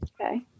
Okay